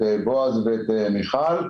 את בועז ואת מיכל.